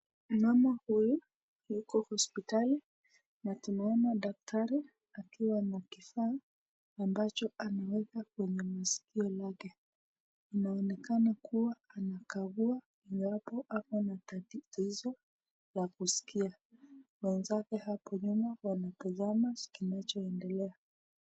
Mama huyu yuko hospitali na tunaona daktari akiwa na kifaa ambacho anaweka kwenye masikio lake. Inaonekana kuwa anakagua iwapo ako na tatizo la kusikia. Wenzake hapo nyuma wanatazama kinachoendelea.